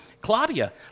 Claudia